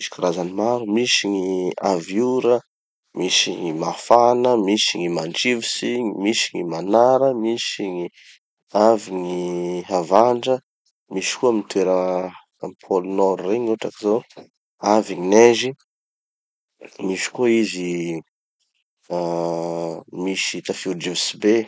Misy karazany maro, misy gny avy ora, misy gny mafana, misy gny mandrivotsy, misy gny manara, misy gny avy gny havandra, misy koa amy toera amy pole nord regny hotraky zao, avy gny neige, misy koa izy ah misy tafio-drivotsy be.